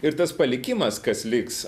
ir tas palikimas kas liks